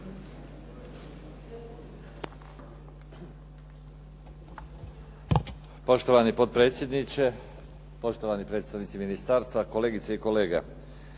Poštovani potpredsjedniče, poštovani predstavnici ministarstva, kolegice i kolege.